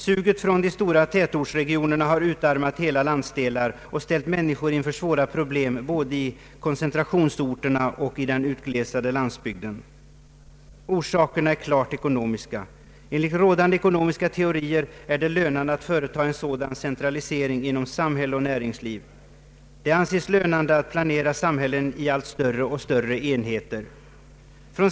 Suget från de stora tätortsregionerna har utarmat hela landsdelar och ställt människor inför svåra problem både i koncentrationsorterna och på den utglesade landsbygden. Orsakerna är klart ekonomiska. Enligt rådande ekonomiska teorier är det lönande att företa en sådan centralisering inom samhälle och näringsliv. Det anses lönande att planera samhällen i allt större enheter.